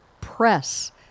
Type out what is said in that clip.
press